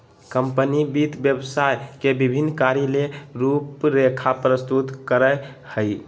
company वित्त व्यवसाय के विभिन्न कार्य ले रूपरेखा प्रस्तुत करय हइ